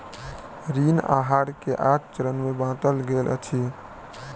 ऋण आहार के आठ चरण में बाटल गेल अछि